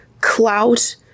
clout